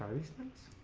basement,